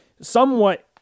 somewhat